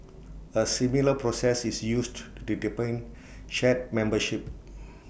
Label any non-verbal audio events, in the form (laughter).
A similar process is used to (unintelligible) shard membership